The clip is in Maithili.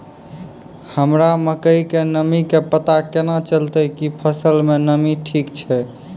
हमरा मकई के नमी के पता केना चलतै कि फसल मे नमी ठीक छै?